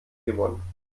gewonnen